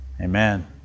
Amen